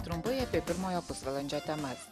trumpai apie pirmojo pusvalandžio temas